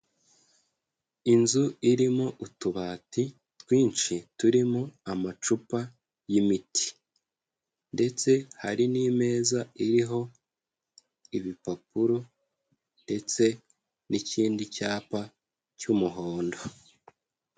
Inzu irimo utubati twinshi turimo amacupa y'imiti ndetse hari n'imeza iriho ibipapuro ndetse n'ikindi cyapa cy'umuhondo.